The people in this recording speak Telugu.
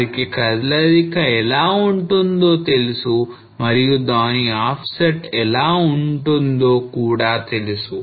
వారికి కదలిక ఎలా ఉంటుందో తెలుసు మరియు దాని offset ఎలా ఉంటుందో కూడా తెలుసు